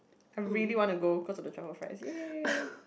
I really want to go cause of the truffle fries ya